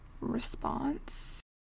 response